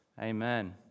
Amen